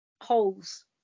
holes